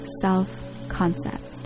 self-concept